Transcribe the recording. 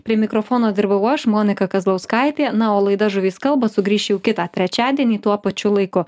prie mikrofono dirbau aš monika kazlauskaitė na o laida žuvys kalba sugrįš jau kitą trečiadienį tuo pačiu laiku